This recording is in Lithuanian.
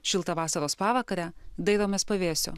šiltą vasaros pavakarę dairomės pavėsio